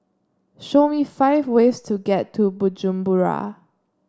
show me five ways to get to Bujumbura